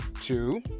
Two